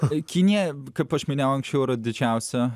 kinija kaip aš minėjau anksčiau yra didžiausia